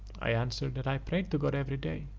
i answered, that i prayed to god every day.